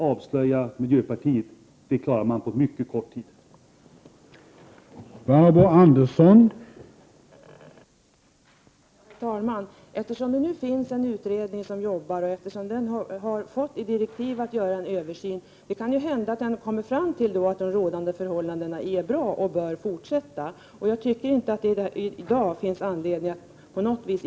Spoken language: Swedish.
Till Lars Norberg vill jag säga att man på mycket kort tid klarar att avslöja miljöpartiet.